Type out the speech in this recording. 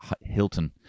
Hilton